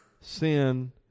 sin